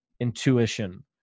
intuition